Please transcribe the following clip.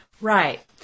Right